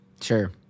Sure